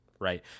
right